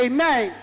Amen